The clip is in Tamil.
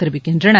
கெரிவிக்கின்றனர்